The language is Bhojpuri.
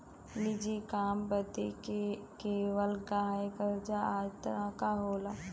निजी काम बदे लेवल गयल कर्जा कई तरह क होला